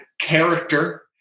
character